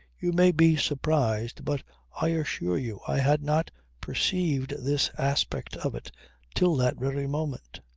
you may be surprised but i assure you i had not perceived this aspect of it till that very moment.